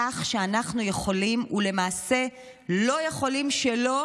כך שאנחנו יכולים ולמעשה לא יכולים שלא